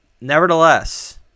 nevertheless